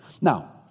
Now